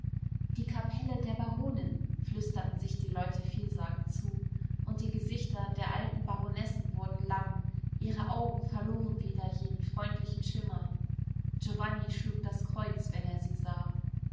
die kapelle der baronin flüsterten sich die leute vielsagend zu und die gesichter der alten baronessen wurden lang ihre augen verloren wieder jeden freundlichen schimmer giovanni schlug das kreuz wenn er sie sah